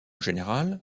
général